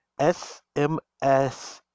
SMS